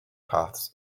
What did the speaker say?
paths